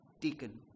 deacon